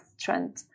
trend